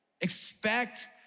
Expect